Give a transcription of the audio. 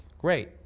Great